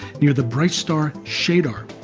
near the bright star schedar.